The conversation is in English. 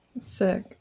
Sick